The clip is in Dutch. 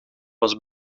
was